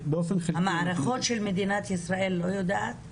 המערכות של מדינת ישראל לא יודעות?